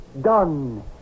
done